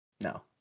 No